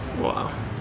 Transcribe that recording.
Wow